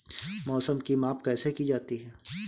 मौसम की माप कैसे की जाती है?